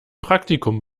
praktikum